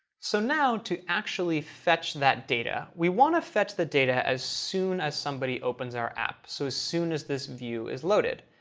so now to actually fetch that data, we want to fetch the data as soon as somebody opens our app, so as soon as this view is loaded.